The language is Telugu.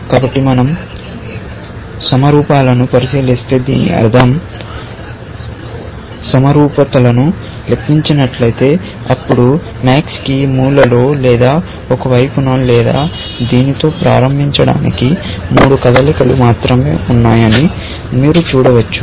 కాబట్టి మనం సమరూపాలను విస్మరిస్తే దీని అర్థం సమరూపతలను లెక్కించినట్లయితే అప్పుడు MAX కి మూలలో లేదా ఒక వైపున లేదా దీనితో ప్రారంభించడానికి మూడు కదలికలు మాత్రమే ఉన్నాయని మీరు చూడవచ్చు